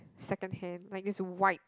second hand like is white